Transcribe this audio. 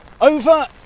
Over